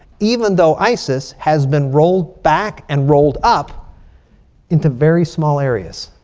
even though isis has been rolled back and rolled up into very small areas.